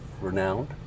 renowned